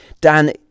Dan